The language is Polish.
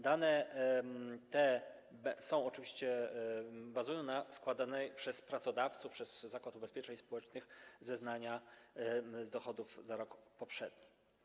Dane te oczywiście bazują na składanych przez pracodawców, przez Zakład Ubezpieczeń Społecznych zeznaniach z dochodów za rok poprzedni.